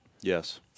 Yes